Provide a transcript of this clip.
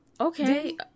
okay